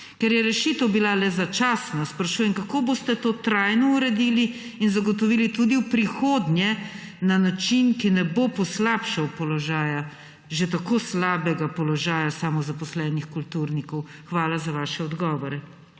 Ker je rešitev bila le začasna, sprašujem: Kako boste to trajno urediti in zagotovili tudi v prihodnje na način, ki ne bo poslabšal že tako slabega položaja samozaposlenih kulturnikov? Hvala za vaše odgovore.